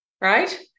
right